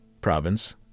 province